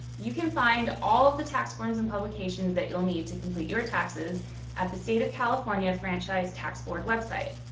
you can find all of the tax forms and publications that you'll need to complete your taxes at the state of california franchise tax board website.